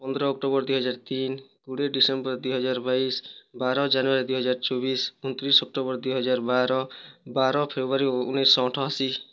ପନ୍ଦର ଆକ୍ଟୋବର ଦୁଇହଜାର ତିନି କୋଡ଼ିଏ ଡିସେମ୍ବର ଦୁଇହଜାର ବାଇଶ ବାର ଜାନୁଆରୀ ଦୁଇହଜାର ଛବିଶ ଅଣତିରିଶ ଅକ୍ଟୋବର ଦୁଇହଜାର ବାର ବାର ଫେବୃଆରୀ ଉଣେଇଶହ ଅଠାଅଶୀ